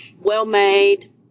well-made